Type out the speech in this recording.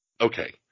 Okay